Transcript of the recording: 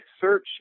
search